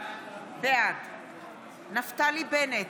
בעד נפתלי בנט,